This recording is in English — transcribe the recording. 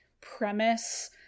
premise